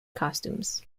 costumes